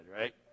right